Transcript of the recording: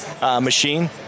machine